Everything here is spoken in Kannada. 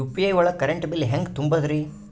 ಯು.ಪಿ.ಐ ಒಳಗ ಕರೆಂಟ್ ಬಿಲ್ ಹೆಂಗ್ ತುಂಬದ್ರಿ?